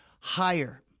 higher